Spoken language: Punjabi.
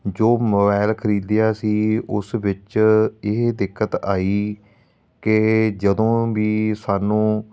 ਜੋ ਮੋਬਾਇਲ ਖਰੀਦਿਆ ਸੀ ਉਸ ਵਿੱਚ ਇਹ ਦਿੱਕਤ ਆਈ ਕਿ ਜਦੋਂ ਵੀ ਸਾਨੂੰ